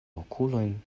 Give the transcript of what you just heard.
okulojn